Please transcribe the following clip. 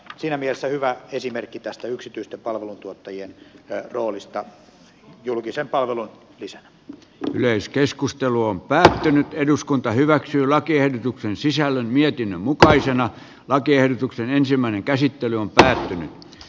tämä on siinä mielessä hyvä esimerkki tästä yksityisten palveluntuottajien roolista julkisen palvelun lisänä yleiskeskustelu on päättynyt eduskunta hyväksyi lakiehdotuksen sisällön mietinnön mukaisena lakiehdotuksen ensimmäinen käsittely on päättynyt